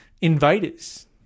invaders